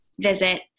visit